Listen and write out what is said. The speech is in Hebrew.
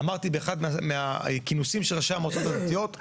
אמרתי באחד הכינוסים של המועצות הדתיות,